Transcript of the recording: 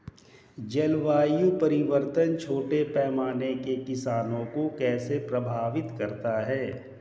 जलवायु परिवर्तन छोटे पैमाने के किसानों को कैसे प्रभावित करता है?